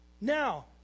Now